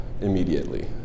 immediately